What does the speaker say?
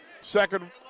Second